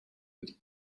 with